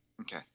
okay